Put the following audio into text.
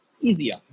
easier